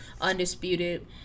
undisputed